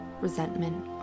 resentment